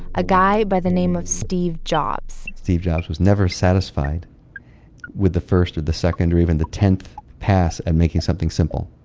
a guy by the name of steve jobs steve jobs was never satisfied with the first or the second or even the tenth pass and making something simple